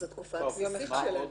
נתחיל אחד-אחד.